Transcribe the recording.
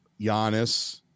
Giannis